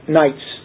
nights